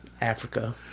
Africa